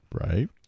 Right